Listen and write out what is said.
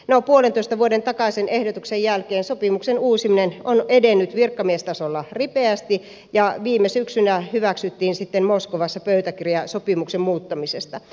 no puolentoista vuoden takaisen ehdotuksen jälkeen sopimuksen uusiminen on edennyt virkamiestasolla ripeästi ja viime syksynä hyväksyttiin moskovassa pöytäkirja sopimuksen muuttamisesta